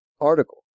article